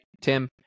Tim